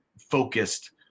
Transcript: focused